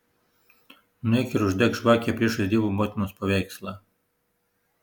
nueik ir uždek žvakę priešais dievo motinos paveikslą